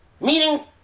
meaning